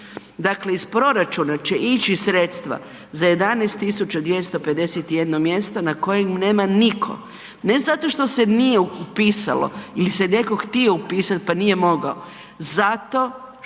Dakle iz proračuna će ići sredstva za 11.251 mjesto na kojem nema niko, ne zato što se nije upisalo ili se neko htio upisat pa nije mogao, zato što